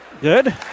good